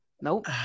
Nope